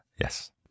yes